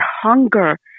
hunger